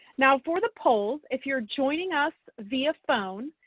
now for the poll, if you're joining us via phone,